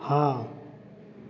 हाँ